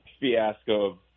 fiasco